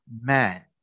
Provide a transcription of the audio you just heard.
man